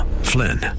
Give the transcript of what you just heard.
Flynn